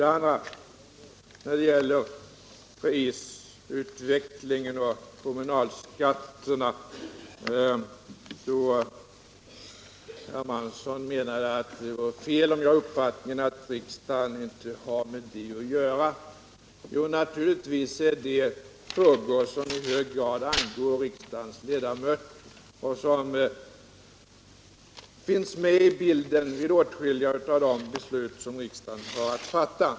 Det andra tillägget gäller prisutvecklingen och kommunalskatterna. Herr Hermansson menade att jag har fel om jag har uppfattningen att riksdagen inte har med det att göra. Jo, naturligtvis är det frågor som i hög grad angår riksdagens ledamöter och som finns med i bilden vid åtskilliga av de beslut som riksdagen har att fatta.